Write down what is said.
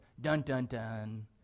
dun-dun-dun